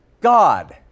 God